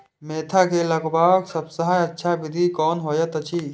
Mentha के लगवाक सबसँ अच्छा विधि कोन होयत अछि?